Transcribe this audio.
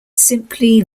simply